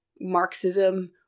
Marxism